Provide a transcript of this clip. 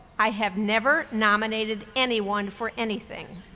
i have never nominated anyone for anything,